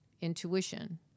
intuition